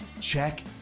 check